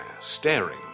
staring